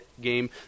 game